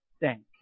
thank